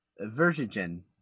Virgin